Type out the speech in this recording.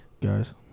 guys